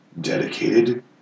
dedicated